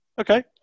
Okay